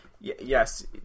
yes